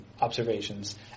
observations